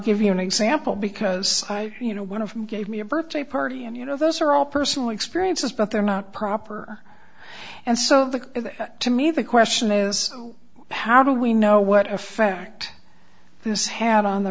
give you an example because you know one of them gave me a birthday party and you know those are all personal experiences but they're not proper and so the to me the question is so how do we know what a fact this had on the